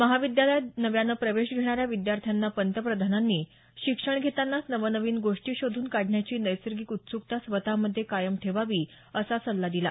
महाविद्यालयात नव्यानं प्रवेश घेणाऱ्या विद्यार्थ्यांना पंतप्रधानांनी शिक्षण घेतानाच नवनवीन गोष्टी शोधून काढण्याची नैसर्गिक उत्सुकता स्वतमध्ये कायम ठेवावी असा सल्ला दिला